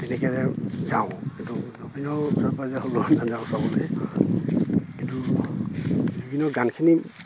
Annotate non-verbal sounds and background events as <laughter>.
তেনেকে যাওঁ কিন্তু <unintelligible>